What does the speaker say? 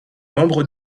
membre